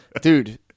Dude